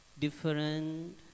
different